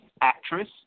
actress